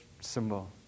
Symbol